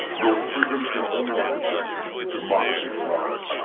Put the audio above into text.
your freedoms can only be protected if democracy thrives.